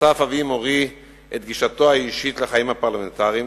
חשף אבי מורי את גישתו האישית לחיים הפרלמנטריים,